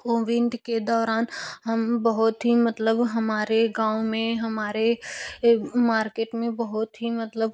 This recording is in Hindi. कोविंट के दौरान हम बहुत ही मतलब हमारे गाँव में हमारे मार्केट में बहुत ही मतलब